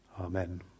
Amen